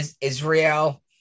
Israel